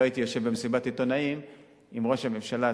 לא הייתי יושב במסיבת עיתונאים עם ראש הממשלה,